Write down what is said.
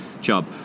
job